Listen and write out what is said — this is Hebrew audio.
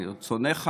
מרצונך,